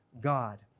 God